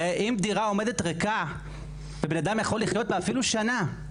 הרי אם דירה עומדת ריקה ובן אדם יכול לחיות בה אפילו שנה,